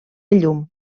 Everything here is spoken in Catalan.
llum